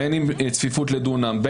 בין אם בצפיפות לדונם,